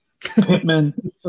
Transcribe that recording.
Pittman